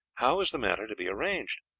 how is the matter to be arranged?